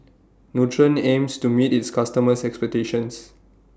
Nutren aims to meet its customers' expectations